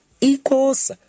equals